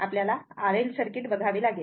आपल्याला RL circuit बघावे लागेल